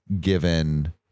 given